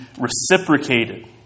reciprocated